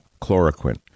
chloroquine